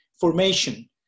formation